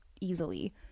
easily